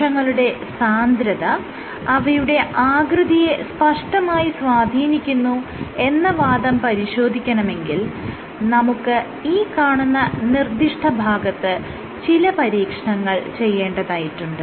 കോശങ്ങളുടെ സാന്ദ്രത അവയുടെ ആകൃതിയെ സ്പഷ്ടമായി സ്വാധീനിക്കുന്നു എന്ന വാദം പരിശോധിക്കണമെങ്കിൽ നമുക്ക് ഈ കാണുന്ന നിർദ്ദിഷ്ട ഭാഗത്ത് ചില പരീക്ഷണങ്ങൾ ചെയ്യേണ്ടതായിട്ടുണ്ട്